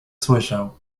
słyszał